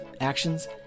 actions